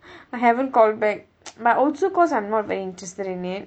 I haven't called back but also because I'm not very interested in it